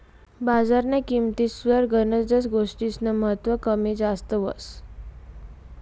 बजारन्या किंमतीस्वर गनच गोष्टीस्नं महत्व कमी जास्त व्हस